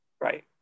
Right